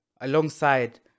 Alongside